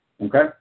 Okay